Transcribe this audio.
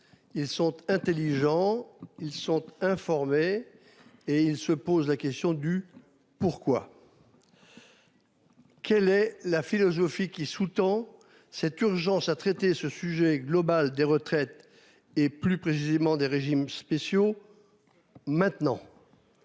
ils sont intelligents ils sont informés. Et il se pose la question du pourquoi. Quelle est la philosophie qui sous-tend cette urgence à traiter ce sujet globale des retraites et plus précisément des régimes spéciaux. Maintenant.